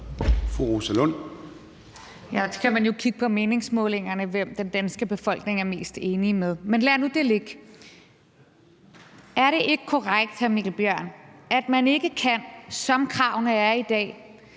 Rosa Lund (EL): Så kan man jo kigge på meningsmålingerne og se, hvem den danske befolkning er mest enig med. Men lad nu det ligge. Er det ikke korrekt, hr. Mikkel Bjørn, at man ikke, som kravene er i dag,